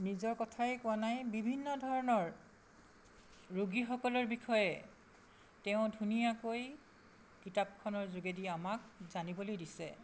নিজৰ কথাই কোৱা নাই বিভিন্ন ধৰণৰ ৰোগীসকলৰ বিষয়ে তেওঁ ধুনীয়াকৈ কিতাপখনৰ যোগেদি আমাক জানিবলৈ দিছে